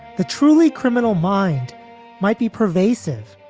the truly criminal mind might be pervasive,